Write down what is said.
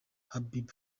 habib